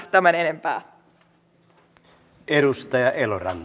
tämän enempää